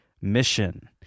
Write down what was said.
Mission